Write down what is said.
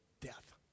death